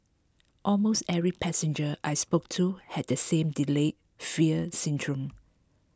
almost every passenger I spoke to had the same delayed fear syndrome